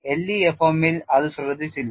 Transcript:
LEFM ൽ അത് ശ്രദ്ധിച്ചില്ല